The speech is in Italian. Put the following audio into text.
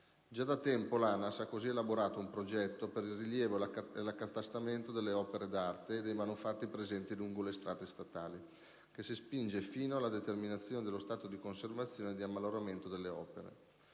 Già da tempo l'ANAS ha così elaborato un progetto per il rilievo e l'accatastamento delle opere d'arte e dei manufatti presenti lungo le strade statali, che si spinge fino alla determinazione dello stato di conservazione e di ammaloramento delle opere.